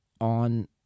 on –